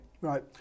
Right